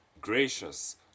gracious